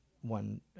one